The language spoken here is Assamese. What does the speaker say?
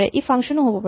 ই ফাংচন ও হ'ব পাৰে